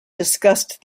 disgust